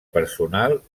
personal